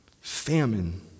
famine